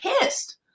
pissed